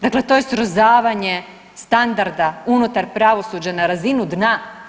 Dakle, to je srozavanje standarda unutar pravosuđa na razinu dna.